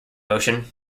motion